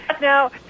Now